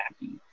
happy